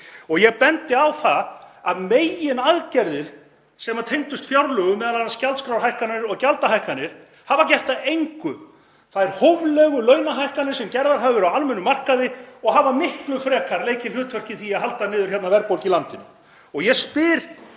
Ég bendi á það að meginaðgerðir sem tengdust fjárlögum, m.a. gjaldskrárhækkanir og gjaldahækkanir, hafa gert að engu þær hóflegu launahækkanir sem gerðar hafa verið á almennum markaði og hafa miklu frekar leikið hlutverk í því að halda niðri verðbólgu í landinu. Og ég spyr